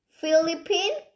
Philippines